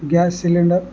gas cylinder